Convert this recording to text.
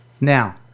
Now